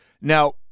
Now